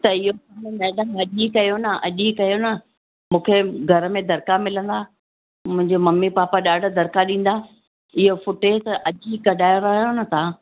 त इहो मैडम अॼु ई कयो न अॼु ई कयो न मूंखे घर में धड़का मिलंदा मुंहिंजे मम्मी पापा ॾाढा धड़का ॾींदा इहो फुटेज अॼु ई कढायो आहियो न तव्हां